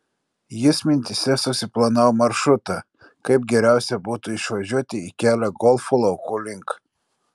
jis mintyse susiplanavo maršrutą kaip geriausia būtų išvažiuoti į kelią golfo laukų link